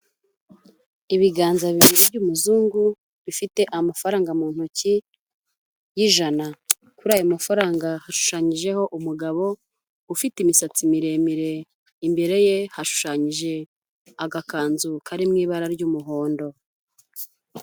Ibiganza bibiri by'umuzungu, bifite amafaranga mu ntoki y'ijana, kuri ayo mafaranga hashushanyijeho umugabo ufite imisatsi miremire, imbere ye hashushanyije agakanzu kari mu ibara ry'umuhondo.